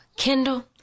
Kindle